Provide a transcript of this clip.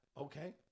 Okay